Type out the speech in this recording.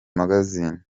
magazine